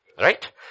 right